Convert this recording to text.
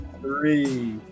three